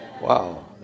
Wow